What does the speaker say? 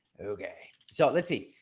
okay, so let's see.